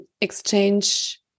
exchange